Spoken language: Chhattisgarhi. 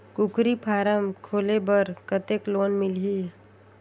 कूकरी फारम खोले बर कतेक लोन मिलही?